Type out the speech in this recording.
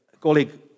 colleague